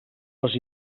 les